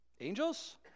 angels